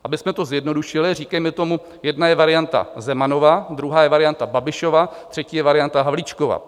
Abychom to zjednodušili, říkejme tomu, jedna je varianta Zemanova, druhá je varianta Babišova, třetí je varianta Havlíčkova.